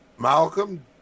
Malcolm